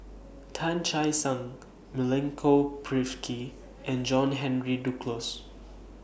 Tan Che Sang Milenko Prvacki and John Henry Duclos